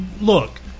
look